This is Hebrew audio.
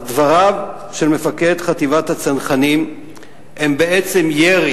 אבל דבריו של מפקד חטיבת הצנחנים הם בעצם ירי